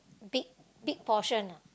big big portion ah